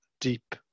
deep